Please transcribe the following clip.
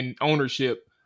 ownership